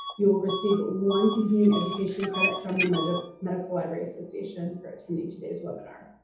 you will receive one continuing education credit from the medical medical library association for attending today's webinar.